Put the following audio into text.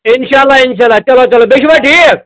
اِنشاء اللہ اِنشاء اللہ چلو چلو بیٚیہِ چھِوا ٹھیٖک